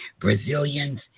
Brazilians